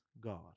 God